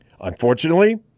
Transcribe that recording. Unfortunately